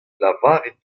lavarit